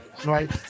right